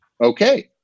okay